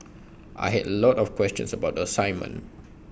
I had A lot of questions about the assignment